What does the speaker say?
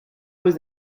was